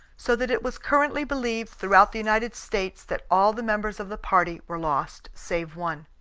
so that it was currently believed throughout the united states that all the members of the party were lost save one.